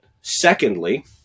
Secondly